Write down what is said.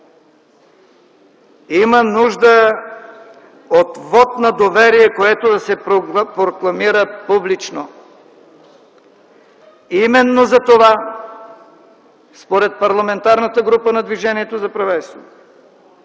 Има нужда от вот на доверие, което да се прокламира публично. Именно затова според Парламентарната група на Движението за права